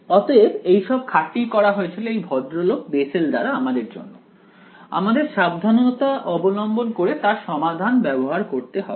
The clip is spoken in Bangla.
অতএব এইসব খাটনি করা হয়েছিল এই ভদ্রলোক বেসেল দ্বারা আমাদের জন্য আমাদের সাবধানতা অবলম্বন করে তার সমাধান ব্যবহার করতে হবে